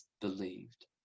believed